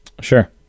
sure